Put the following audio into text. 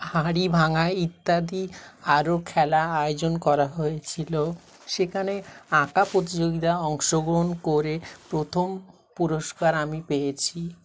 হাড়ি ভাঙ্গা ইত্যাদি আরো খেলা আয়োজন করা হয়েছিলো সেখানে আঁকা প্রতিযোগিতায় অংশগ্রহণ করে প্রথম পুরস্কার আমি পেয়েছি